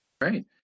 Right